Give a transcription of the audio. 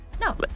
No